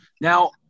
Now